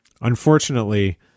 Unfortunately